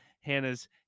Hannah's